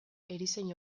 erizain